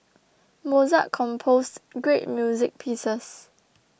Mozart composed great music pieces